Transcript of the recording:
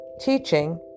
Teaching